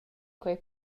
quei